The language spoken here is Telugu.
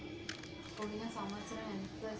మినప చేనులో పిండి తెగులుకు ఏమందు వాడాలి?